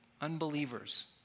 unbelievers